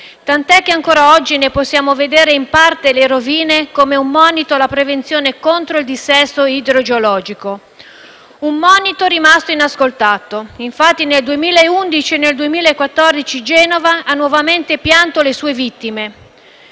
Tant’è che ancora oggi ne possiamo vedere in parte le rovine come un monito alla prevenzione contro il dissesto idrogeologico. Un monito rimasto inascoltato. Infatti, nel 2011 e nel 2014 Genova ha nuovamente pianto le sue vittime.